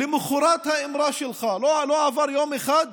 למוחרת האמרה שלך, לא עבר יום אחד